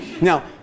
Now